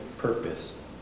Purpose